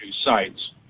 sites